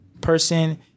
person